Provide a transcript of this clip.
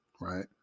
right